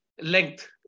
length